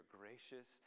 gracious